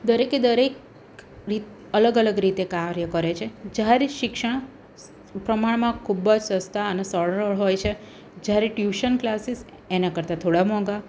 દરેકે દરેક અલગ અલગ રીતે કાર્ય કરે છે જાહેર શિક્ષણ પ્રમાણમાં ખૂબ જ સસ્તાં અને સરળ હોય છે જયારે ટ્યૂશન કલાસીસ એનાં કરતાં થોડા મોંઘા